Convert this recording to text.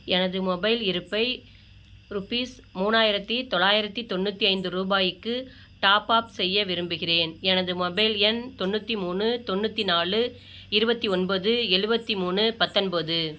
எனது மொபைல் இருப்பை ருபீஸ் மூணாயிரத்தி தொள்ளாயிரத்தி தொண்ணூற்றி ஐந்து ரூபாய்க்கு டாப் ஆப் செய்ய விரும்புகிறேன் எனது மொபைல் எண் தொண்ணூற்றி மூணு தொண்ணூற்றி நாலு இருபத்தி ஒன்பது எழுவத்தி மூணு பத்தொன்போது